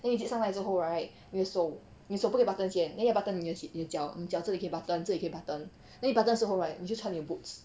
then 你 zip 上来之后 right 你的手你的手不可以 button 先 then 要 button 你的鞋脚你脚这里可以 button 这里可以 button then 你 button 的时候 right 你就穿你的 boots